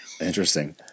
Interesting